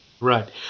Right